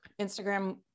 Instagram